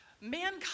mankind